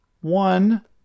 one